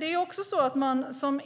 Det är också så att man som